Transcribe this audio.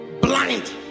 blind